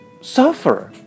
suffer